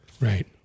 Right